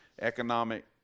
economic